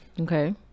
okay